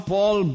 Paul